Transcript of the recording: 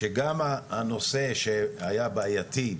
שגם הנושא שהיה בעייתי,